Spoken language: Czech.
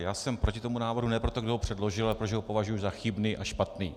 Já jsem proti tomu návrhu ne proto, kdo ho předložil, ale protože ho považuji za chybný a špatný.